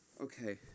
Okay